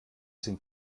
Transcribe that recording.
sind